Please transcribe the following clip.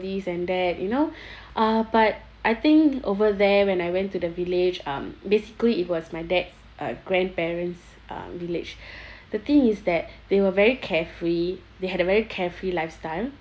these and that you know uh but I think over there when I went to the village um basically it was my dad's uh grandparents uh village the thing is that they were very carefree they had a very carefree lifestyle